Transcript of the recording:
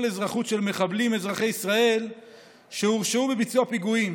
אזרחות ממחבלים אזרחי ישראל שהורשעו בביצוע פיגועים.